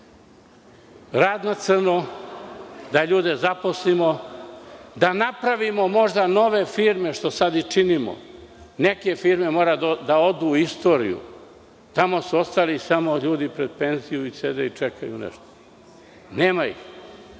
rad na crno, da ljude zaposlimo, da napravimo možda nove firme, što sada i činimo. Neke firme moraju da odu u istoriju. Tamo su ostali samo ljudi pred penziju i sede i čekaju nešto. Nema ih.